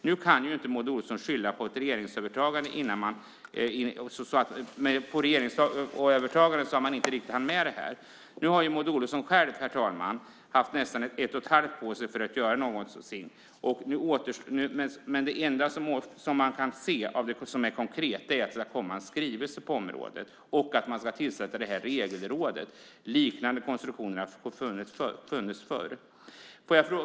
Nu kan ju inte Maud Olofsson skylla regeringsövertagandet på att man inte riktigt hann med det här. Herr talman! Nu har Maud Olofsson haft nästan ett och ett halvt år på sig att göra någonting, men det enda konkreta man kan se är att det ska komma en skrivelse på området och att man ska tillsätta ett regelråd. Liknande konstruktioner har funnits förr.